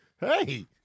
Hey